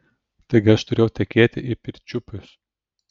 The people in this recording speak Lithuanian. taigi aš turėjau tekėti į pirčiupius